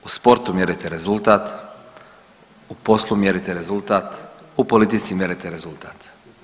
U sportu mjerite rezultat, u poslu mjerite rezultat, u politici mjerite rezultat.